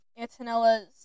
Antonella's